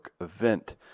event